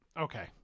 okay